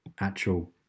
actual